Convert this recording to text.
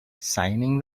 signing